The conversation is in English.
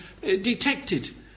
detected